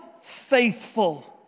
faithful